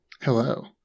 Hello